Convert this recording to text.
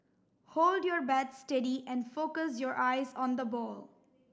hold your bat steady and focus your eyes on the ball